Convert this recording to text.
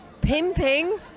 Pimping